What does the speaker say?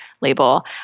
label